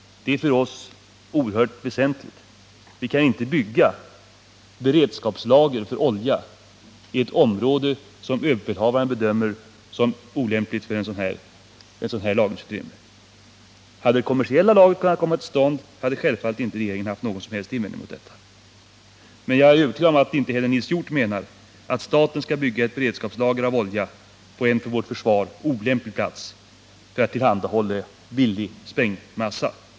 Det är för oss oerhört väsentligt — vi kan inte bygga beredskapslager för olja i ett område som överbefälhavaren bedömer som olämpligt för ett sådant lagringsutrymme. Om det kommersiella lagret hade kommit till stånd, hade regeringen självfallet inte haft någon som helst invändning mot detta. Men jag är övertygad om att inte heller Nils Hjorth menar att staten skall bygga ett beredskapslager för olja på en för vårt försvar olämplig plats bara för att tillhandahålla billig sprängmassa.